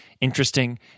interesting